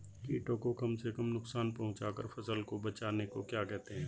कीटों को कम से कम नुकसान पहुंचा कर फसल को बचाने को क्या कहते हैं?